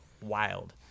wild